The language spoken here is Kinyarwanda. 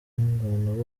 n’ingona